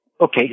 Okay